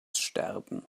sterben